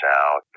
out